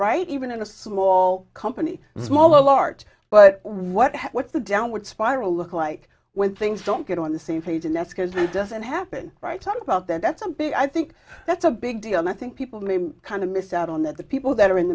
right even in a small company small art but what with the downward spiral look like when things don't get on the same page and that's because this doesn't happen right talk about them that's a big i think that's a big deal and i think people need kind of missed out on that the people that are in